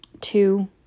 two